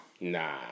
Nah